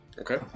Okay